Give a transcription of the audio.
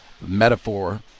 metaphor